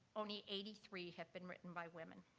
only eighty three have been written by women.